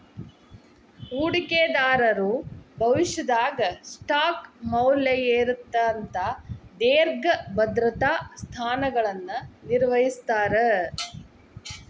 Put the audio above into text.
ಹೂಡಿಕೆದಾರರು ಭವಿಷ್ಯದಾಗ ಸ್ಟಾಕ್ ಮೌಲ್ಯ ಏರತ್ತ ಅಂತ ದೇರ್ಘ ಭದ್ರತಾ ಸ್ಥಾನಗಳನ್ನ ನಿರ್ವಹಿಸ್ತರ